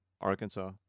Arkansas